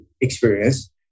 experience